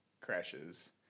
crashes